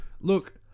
look